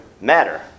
matter